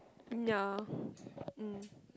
ya mm